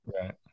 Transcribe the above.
Right